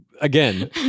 again